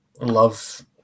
love